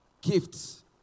Gifts